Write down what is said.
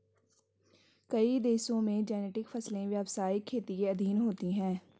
कई देशों में जेनेटिक फसलें व्यवसायिक खेती के अधीन होती हैं